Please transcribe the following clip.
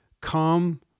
come